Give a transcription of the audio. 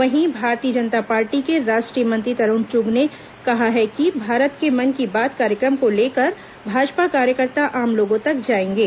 वहीं भारतीय जनता पार्टी के राष्ट्रीय मंत्री तरूण चुग ने कहा है कि भारत के मन की बात कार्यक्रम को लेकर भाजपा कार्यकर्ता आम लोगों तक जाएंगे